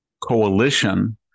coalition